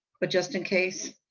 but just in case.